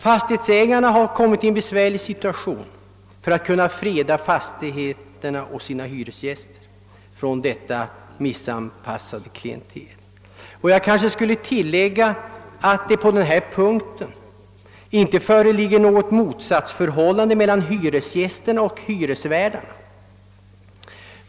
Fastighetsägarna har hamnat i en besvärlig situation när det gäller att kunna freda fastigheterna och sina hyresgäster från detta missanpassade klientel. Jag skulle kanske tillägga att det på denna punkt inte föreligger något motsatsförhållande mellan hyresgästerna och hyresvärdarna.